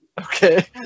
okay